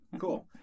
Cool